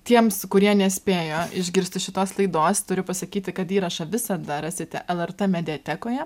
tiems kurie nespėjo išgirsti šitos laidos turiu pasakyti kad įrašą visada rasite lrt mediatekoje